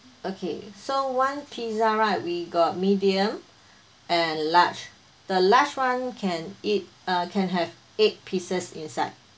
okay so one pizza right we got medium and large the last one can it uh can have eight pieces inside